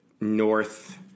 north